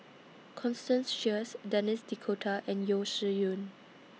Constance Sheares Denis D'Cotta and Yeo Shih Yun